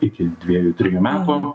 iki dviejų trijų metų